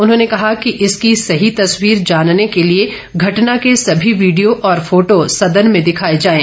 उन्होंने कहा कि इसकी सही तस्वीर जानने के लिए घटना के सभी वीडियो और फोटो सदन में दिखाए जाएं